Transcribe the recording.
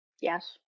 Yes